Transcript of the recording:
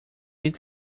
eat